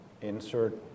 insert